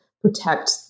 protect